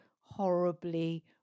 horribly